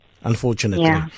unfortunately